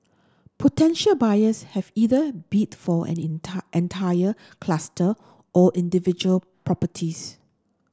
potential buyers have either bid for an entire cluster or individual properties